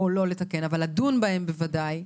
או לא לתקן אבל לדון בהם בוודאי,